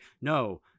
no